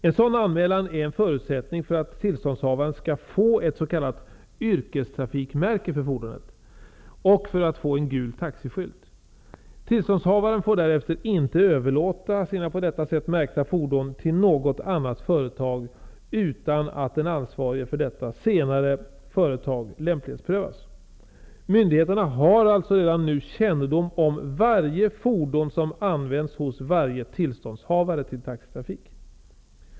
En sådan anmälan är en förutsättning för att tillståndshavaren skall få ett s.k. yrkestrafikmärke för fordonet och för att få en gul taxiskylt. Tillståndshavaren får därefter inte överlåta sina på detta sätt märkta fordon till något annat företag utan att den ansvarige för detta senare företag lämplighetsprövas. Myndigheterna har alltså redan nu kännedom om varje fordon som används hos varje tillståndshavare till taxitrafik.